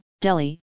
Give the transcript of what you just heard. Delhi